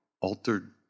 Altered